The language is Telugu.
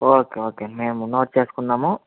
ఓకే ఓకే మేము నోట్ చేసుకున్నాము